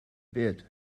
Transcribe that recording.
byd